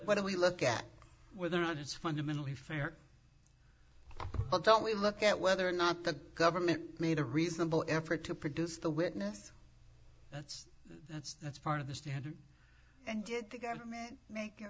what do we look at whether or not it's fundamentally fair don't we look at whether or not the government made a reasonable effort to produce the witness that's that's that's part of the standard and did the government mak